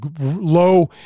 low